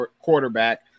quarterback